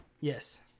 Yes